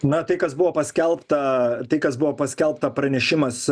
na tai kas buvo paskelbta tai kas buvo paskelbta pranešimas